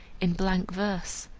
in blank verse.